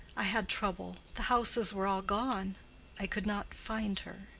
i had trouble the houses were all gone i could not find her.